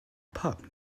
pup